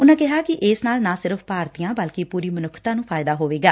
ਉਨਾਂ ਕਿਹਾ ਕਿ ਇਸ ਨਾਲ ਨਾ ਸਿਰਫ਼ ਭਾਰਤੀਆਂ ਬਲਕਿ ਪੁਰੀ ਮਨੁੱਖਤਾ ਨੁੰ ਫਾਇਦਾ ਹੋਵੇਗਾ